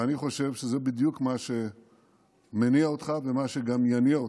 אני חושב שזה בדיוק מה שמניע אותך ומה שגם יניע אותך.